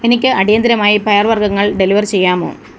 എനിക്ക് അടിയന്തിരമായി പയർ വർഗ്ഗങ്ങൾ ഡെലിവർ ചെയ്യാമോ